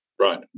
Right